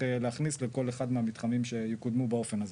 להכניס לכל אחד מהמתחמים שקודמו באופן הזה.